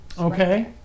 Okay